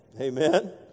amen